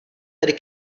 tady